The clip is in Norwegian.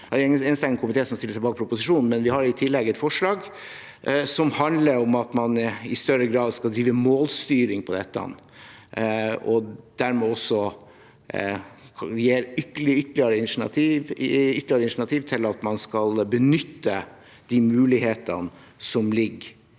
det er en enstemmig komité som stiller seg bak proposisjonen, men vi har i tillegg et forslag som handler om at man i større grad skal drive målstyring på dette og dermed gi et ytterligere initiativ til å benytte de mulighetene som ligger